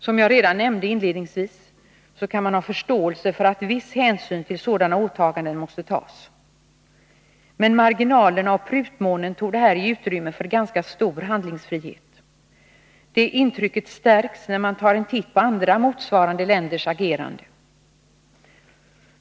Som jag anförde redan inledningsvis kan statliga myndigheman ha förståelse för att viss hänsyn måste tas till sådana åtaganden. Men er marginalerna och prutmånen torde här ge utrymme för ganska stor handlingsfrihet. Det intrycket stärks när man ser på andra länders agerande i motsvarande situation.